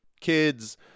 kids